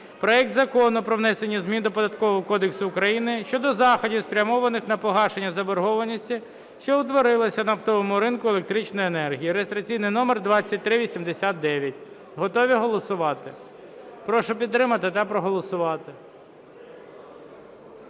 проект Закону про внесення змін до Податкового кодексу України щодо заходів, спрямованих на погашення заборгованості, що утворилася на оптовому ринку електричної енергії (реєстраційний номер 2389). Готові голосувати? Прошу підтримати та проголосувати.